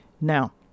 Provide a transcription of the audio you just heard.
Now